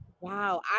wow